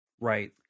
Right